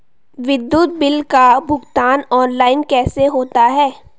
विद्युत बिल का भुगतान ऑनलाइन कैसे होता है?